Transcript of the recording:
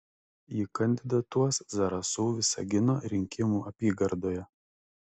ji kandidatuos zarasų visagino rinkimų apygardoje